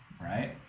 Right